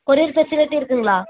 courier facility இருக்குதுங்களா